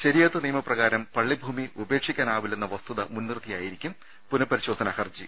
ശരിയത്ത് നിയമപ്രകാരം പള്ളി ഭൂമി ഉപേക്ഷിക്കാനാവില്ലെന്ന വസ്തുത മുൻനിർത്തിയായിരിക്കും പുനഃപരിശോധനാ ഹർജി